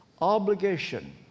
obligation